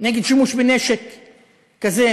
נגד שימוש בנשק כזה.